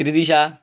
Tridisha